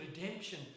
redemption